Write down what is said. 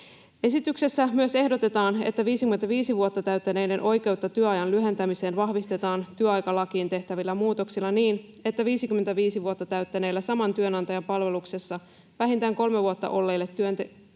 Esityksessä myös ehdotetaan, että 55 vuotta täyttäneiden oikeutta työajan lyhentämiseen vahvistetaan työaikalakiin tehtävillä muutoksilla niin, että 55 vuotta täyttäneellä, saman työnantajan palveluksessa vähintään kolme vuotta olleella työntekijällä